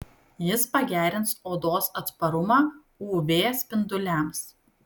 jis pagerins odos atsparumą uv spinduliams